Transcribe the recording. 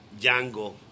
Django